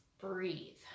breathe